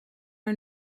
our